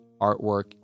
artwork